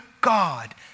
God